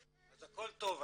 אז הכל טוב,